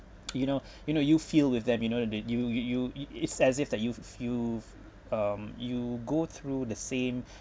you know you know you feel with them you know that you you you it is as if that you've you um you go through the same